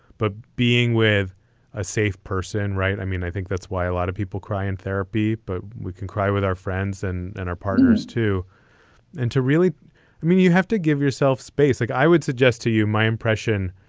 but being with a safe person, right. i mean, i think that's why a lot of people cry in therapy. but we can cry with our friends and and our partners to and to really i mean, you have to give yourself space like i would suggest to you. my impression,